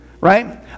right